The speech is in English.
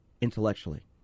intellectually